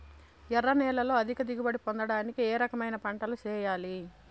ఎర్ర నేలలో అధిక దిగుబడి పొందడానికి ఏ రకమైన పంటలు చేయాలి?